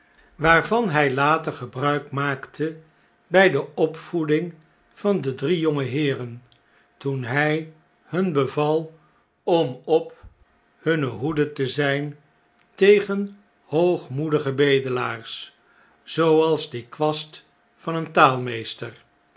waarvan hij later gebruik maakte bij de opvoeding van de drie jongeheeren toen hij hun beval om op hunne hoede te zijn tegen hoogmoedige bedelaars zooals die kwast van een